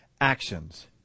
actions